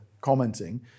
commenting